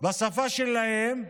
בשפה שלהם,